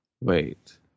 wait